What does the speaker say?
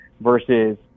versus –